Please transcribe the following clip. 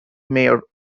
mayor